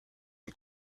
une